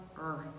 earth